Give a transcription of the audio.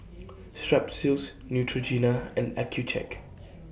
Strepsils Neutrogena and Accucheck